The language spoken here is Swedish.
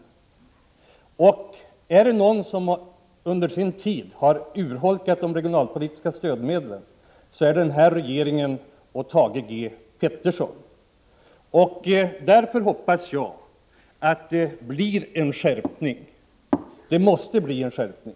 Är det någon som under sin tid har urholkat de regionalpolitiska stödmedlen så är det den här regeringen inkl. Thage G. Peterson. Därför hoppas jag att det blir en skärpning. Det måste bli en skärpning!